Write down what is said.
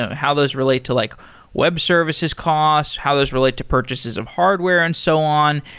how those relate to like web services cost. how those relate to purchases of hardware and so on.